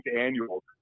annual